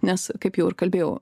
nes kaip jau ir kalbėjau